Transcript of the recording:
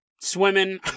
swimming